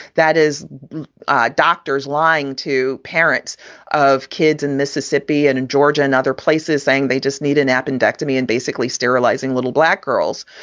that is doctors lying to parents of kids in mississippi and in georgia and other places saying they just need an appendectomy and basically sterilizing little black girls.